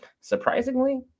surprisingly